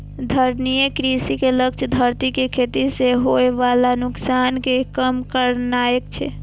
धारणीय कृषि के लक्ष्य धरती कें खेती सं होय बला नुकसान कें कम करनाय छै